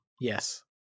Yes